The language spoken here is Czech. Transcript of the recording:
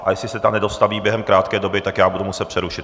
A jestli se tam nedostaví během krátké doby, tak já to budu muset přerušit.